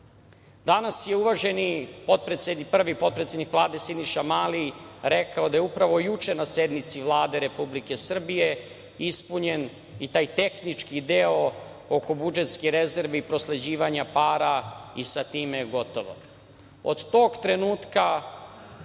tome. Danas je uvaženi prvi potpredsednik Vlade Siniša Mali rekao da je upravo juče na sednici Vlade Republike Srbije ispunjen i taj tehnički deo oko budžetskih rezervi i prosleđivanja para, i sa time je gotovo. Od tog trenutka